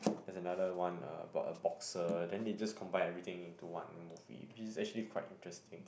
there's another one uh a box a boxer then they just combine everything into one movie which is actually quite interesting